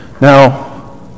Now